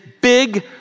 big